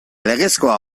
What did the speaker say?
legezkoa